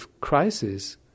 crisis